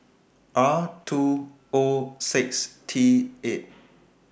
R two O six T eight